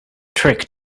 trick